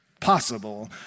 Possible